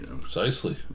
Precisely